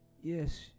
Yes